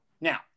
Now